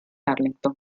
arlington